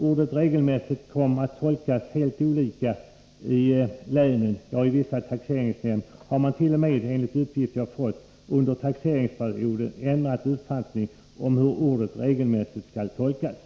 Ordet regelmässigt kom att tolkas helt olika i länen — ja, i vissa taxeringsnämnder har man t.o.m., enligt uppgifter jag fått, under taxeringsperioden ändrat uppfattning om hur ordet regelmässigt skall tolkas.